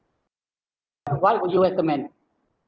why would you recommend